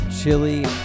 Chili